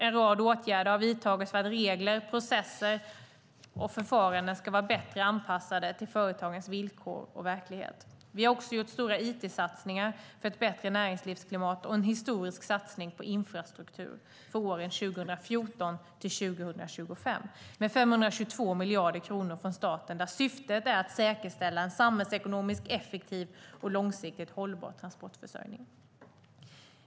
En rad åtgärder har vidtagits för att regler, processer och förfaranden ska vara bättre anpassade till företagens villkor och verklighet. Vi har också gjort stora it-satsningar för ett bättre näringslivsklimat och en historisk satsning på infrastruktur för åren 2014-2025 med 522 miljarder kronor från staten, där syftet är att säkerställa en samhällsekonomiskt effektiv och långsiktigt hållbar transportförsörjning.